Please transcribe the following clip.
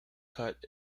cards